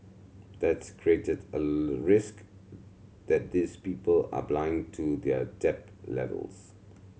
that's created a risk that these people are blind to their debt levels